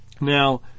Now